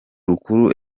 rukuru